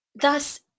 thus